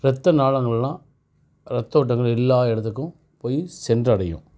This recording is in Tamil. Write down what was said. இரத்த நாளங்கள்லாம் இரத்த ஓட்டங்கள் எல்லா இடத்துக்கும் போய் சென்றடையும்